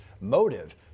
motive